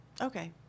Okay